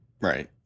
Right